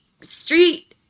street